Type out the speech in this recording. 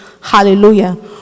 hallelujah